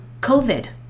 COVID